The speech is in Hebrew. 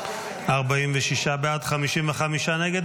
46 בעד, 55 נגד.